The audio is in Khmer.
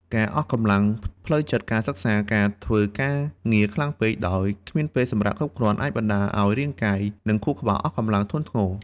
ការអស់កម្លាំងផ្លូវចិត្តការសិក្សា ឬការធ្វើការងារខ្លាំងពេក ដោយគ្មានពេលសម្រាកគ្រប់គ្រាន់ អាចបណ្តាលឲ្យរាងកាយ និងខួរក្បាលអស់កម្លាំងធ្ងន់ធ្ងរ។